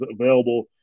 available